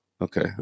Okay